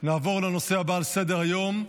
נעבור לנושא הבא על סדר-היום,